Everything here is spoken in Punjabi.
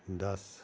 ਦੱਸ